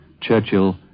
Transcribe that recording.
Churchill